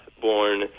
born